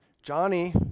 Johnny